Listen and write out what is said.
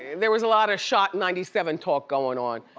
there was a lotta shot ninety seven talk goin' on.